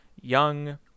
young